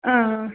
آ